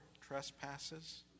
trespasses